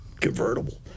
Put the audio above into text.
convertible